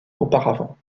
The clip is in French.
auparavant